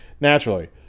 naturally